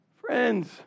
Friends